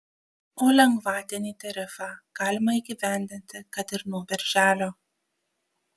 o lengvatinį tarifą galima įgyvendinti kad ir nuo birželio